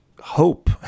hope